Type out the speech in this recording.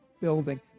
building